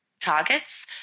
targets